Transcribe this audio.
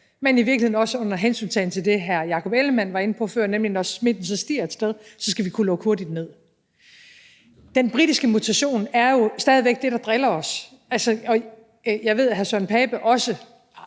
men i virkeligheden også under hensyntagen til det, hr. Jakob Ellemann-Jensen var inde på inde på før, nemlig at når smitten så stiger et sted, skal vi kunne lukke hurtigt ned. Den britiske mutation er jo stadig væk det, der driller os, og jeg ved, at hr. Søren Pape